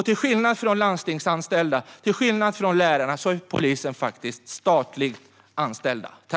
Till skillnad från landstingsanställda och till skillnad från lärarna är poliser faktiskt statligt anställda.